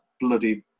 Bloody